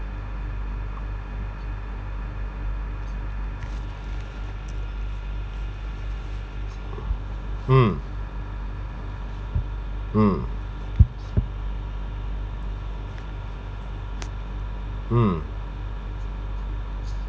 mm mm mm